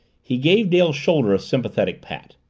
he gave dale's shoulder a sympathetic pat.